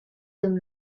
dem